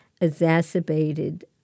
exacerbated